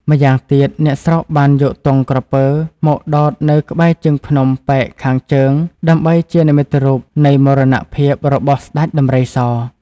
ម្យ៉ាងទៀត អ្នកស្រុកបានយកទង់ក្រពើមកដោតនៅក្បែរជើងភ្នំប៉ែកខាងជើងដើម្បី ជានិមិត្តរូបនៃមរណភាពរបស់ស្តេចដំរីស។